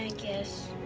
guess.